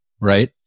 Right